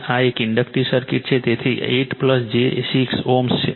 આ એક inductive circuit છે તેથી 8 j 6 Ω છે